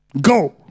go